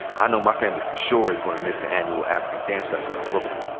i know my family for sure is gonna miss the annual african dance festival in brooklyn.